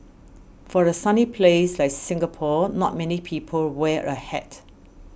for a sunny place like Singapore not many people wear a hat